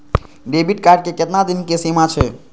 Debit card के केतना दिन के सीमा छै?